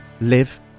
live